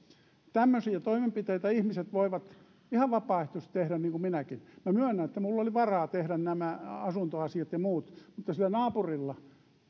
tämmöisiä toimenpiteitä ihmiset voivat ihan vapaaehtoisesti tehdä niin kuin minäkin minä myönnän että minulla oli varaa tehdä nämä asuntoasiat ja muut mutta sillä naapurilla